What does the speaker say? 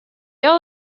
all